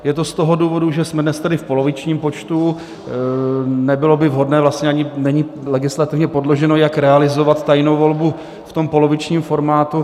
Je to z toho důvodu, že jsme dnes tedy v polovičním počtu, nebylo by vhodné, vlastně ani není legislativně podložené, jak realizovat tajnou volbu v tom polovičním formátu.